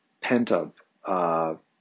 pent-up